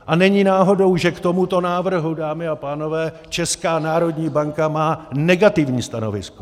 A není náhodou, že k tomuto návrhu, dámy a pánové, Česká národní banka má negativní stanovisko.